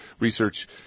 research